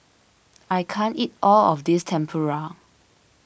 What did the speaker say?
I can't eat all of this Tempura